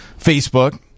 Facebook